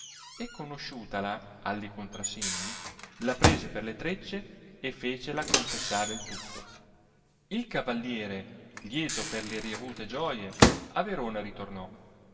e conosciutala alli contrasegni la prese per le treccie e fecela confessare il tutto il cavalliere lieto per le riavute gioie a verona ritornò